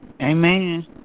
Amen